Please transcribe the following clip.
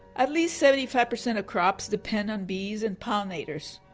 at least seventy five percent of crops depend on bees and pollinators.